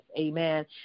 Amen